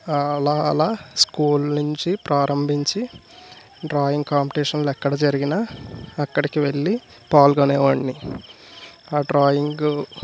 అలా అలా స్కూల్ నుంచి ప్రారంభించి డ్రాయింగ్ కాంపిటీషన్లు ఎక్కడ జరిగినా అక్కడికి వెళ్ళి పాల్గొనే వాడిని ఆ డ్రాయింగ్